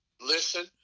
listen